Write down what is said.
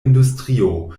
industrio